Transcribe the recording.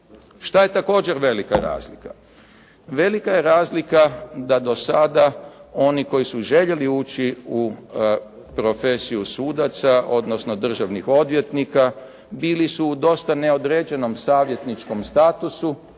Što je također velika razlika? Velika je razlika da dosada oni koji su željeli ući u profesiju sudaca, odnosno državnih odvjetnika bili su u dosta neodređenom savjetničkom statusu